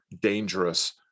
dangerous